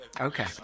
Okay